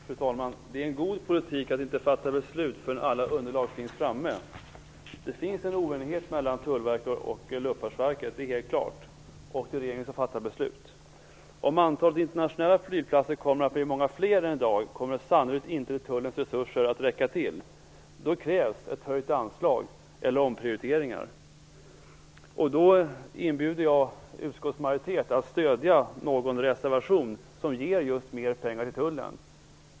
Fru talman! Det är en god politik att inte fatta beslut förrän alla underlag finns framme. Det finns helt klart en oenighet mellan Tullverket och Luftfartsverket, och det är regeringen som fattar beslutet. Om antalet internationella flygplatser kommer att bli mycket större än i dag kommer sannolikt inte tullens resurser att räcka till. Då krävs ett höjt anslag eller omprioriteringar. Då inbjuder jag utskottets majoritet att stödja någon reservation som ger mer pengar till tullen.